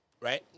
right